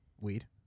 Weed